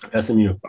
SMU